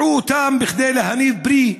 נטעו אותם כדי להניב פרי,